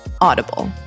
Audible